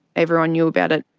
everyone knew about it.